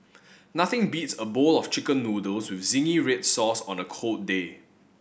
nothing beats a bowl of Chicken Noodles with zingy red sauce on a cold day